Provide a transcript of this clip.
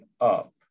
up